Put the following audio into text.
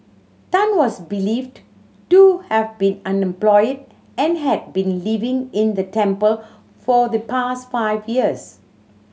Tan was believed to have been unemployed and had been living in the temple for the past five years